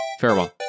Farewell